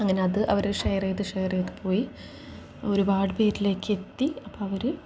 അങ്ങനെ അത് അവർ ഷെയർ ചെയ്ത് ഷെയർ ചെയ്തു പോയി ഒരുപാട് പേരിലേക്ക് എത്തി അപ്പം അവർ